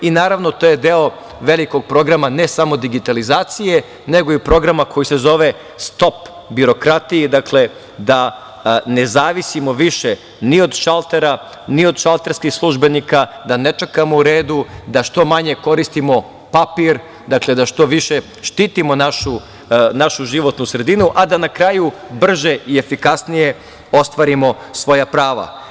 Naravno to je deo velikog programa ne samo digitalizacije, nego i programa koji se zove – stop birokratiji, dakle da ne zavisimo više ni od šaltera, ni od šalterskih službenika, da ne čekamo u redu, da što manje koristimo papir, da što više štitimo našu životnu sredinu, a da na kraju brže i efikasnije ostvarimo svoja prava.